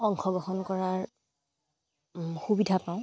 অংশগ্ৰহণ কৰাৰ সুবিধা পাওঁ